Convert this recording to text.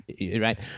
right